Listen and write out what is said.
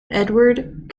edward